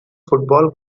football